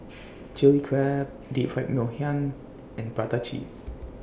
Chilli Crab Deep Fried Ngoh Hiang and Prata Cheese